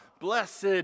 blessed